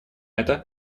это